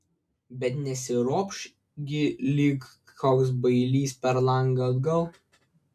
bet nesiropš gi lyg koks bailys per langą atgal